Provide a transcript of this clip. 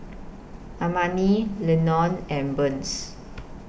Amani Lenon and Burns